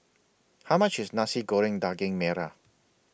How much IS Nasi Goreng Daging Merah